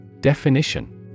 Definition